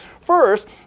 First